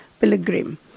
Pilgrim